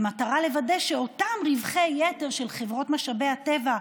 במטרה לוודא שאותם רווחי יתר של חברות משאבי הטבע,